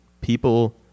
People